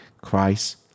Christ